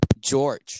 George